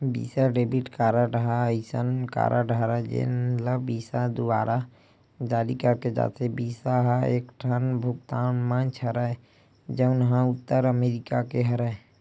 बिसा debit card ह असइन कारड हरय जेन ल बिसा दुवारा जारी करे जाथे, बिसा ह एकठन भुगतान मंच हरय जउन ह उत्तर अमरिका के हरय